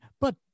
but